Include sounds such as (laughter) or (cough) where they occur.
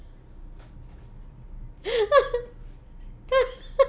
(laughs)